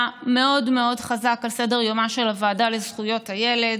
מאוד מאוד חזק על סדר-יומה של הוועדה לזכויות הילד.